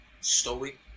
stoic